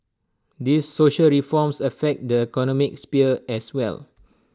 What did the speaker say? these social reforms affect the economic sphere as well